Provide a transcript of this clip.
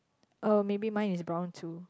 oh maybe mine is brown too